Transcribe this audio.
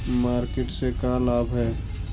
Market से का लाभ है?